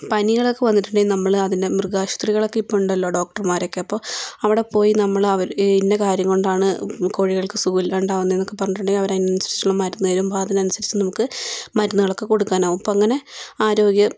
പനികളൊക്കെ വന്നിട്ടുണ്ടെങ്കില് നമ്മള് അതിനെ മൃഗാശുപത്രികളൊക്കെ ഇപ്പം ഉണ്ടല്ലോ ഡോക്ടർ മാരൊക്കെ അപ്പം അവിടെ പോയി നമ്മള് ഈ ഇന്ന കാര്യം കൊണ്ടാണ് കോഴികൾക്ക് സുഖമില്ലാണ്ടാവുന്നത് ഒക്കെ പറഞ്ഞിട്ടുണ്ടെങ്കിൽ അവര് അതിനനുസരിച്ചുള്ള മരുന്ന് തരും അതിന് അതിനനുസരിച്ച് നമുക്ക് മരുന്നുകളൊക്കെ കൊടുക്കാനാകും അപ്പം അങ്ങനെ ആരോഗ്യം